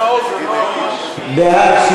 בעד,